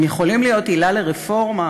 הם יכולים להיות עילה לרפורמה.